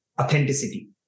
authenticity